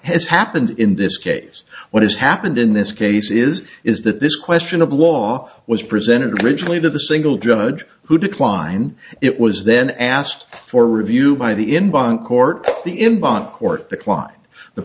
has happened in this case what has happened in this case is is that this question of law was presented originally to the single judge who declined it was then asked for review by the in bonn court the in bought court declined the